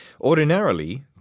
Ordinarily